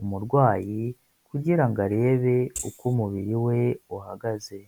umurwayi kugira ngo arebe uko umubiri we uhagaze.